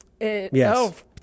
yes